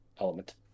element